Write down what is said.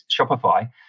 Shopify